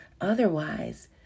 Otherwise